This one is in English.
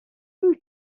who